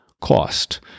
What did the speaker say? cost